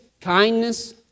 kindness